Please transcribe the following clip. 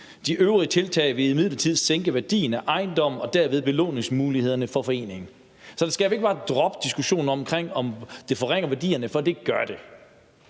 De øvrige tiltag vil imidlertid sænke værdien af ejendommen og derved belåningsmulighederne for foreningen. Så skal vi ikke bare droppe diskussionen om, om det forringer værdierne? For det gør det.